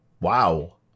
Wow